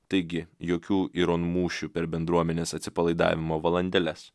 taigi jokių ironmūšių per bendruomenės atsipalaidavimo valandėles